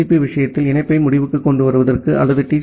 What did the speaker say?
B விஷயத்தில் இணைப்பை முடிவுக்கு கொண்டுவருவதற்கு அல்லது யு